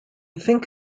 think